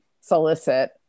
solicit